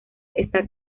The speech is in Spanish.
está